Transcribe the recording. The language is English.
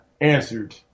answered